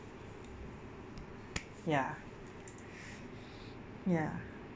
ya ya